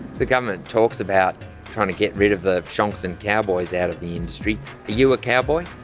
the government talks about trying to get rid of the shonks and cowboys out of the industry. are you a cowboy?